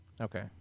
Okay